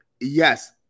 Yes